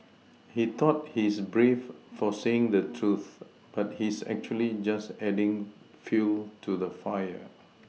he thought he's brave for saying the truth but he's actually just adding fuel to the fire